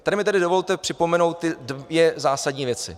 Tady mi tedy dovolte připomenout dvě zásadní věci.